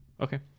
Okay